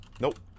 Nope